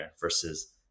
versus